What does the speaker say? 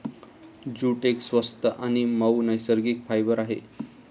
jute एक स्वस्त आणि मऊ नैसर्गिक फायबर आहे